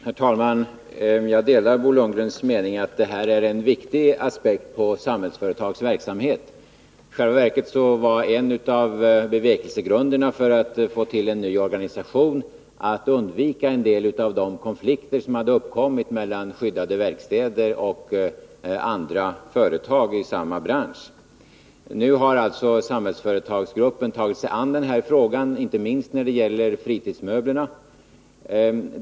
Herr talman! Jag delar Bo Lundgrens mening att det här är en viktig aspekt på Samhällsföretags verksamhet. I själva verket var en av bevekelsegrunderna för att starta en ny organisation att man ville undvika en del av de konflikter som hade uppkommit mellan skyddade verkstäder och andra företag i samma bransch möbler Nu har alltså Samhällsföretagsgruppen tagit sig an den här frågan, inte minst när det gäller fritidsmöblerna.